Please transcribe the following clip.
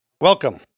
Welcome